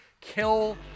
kill